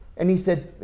and he said,